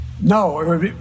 No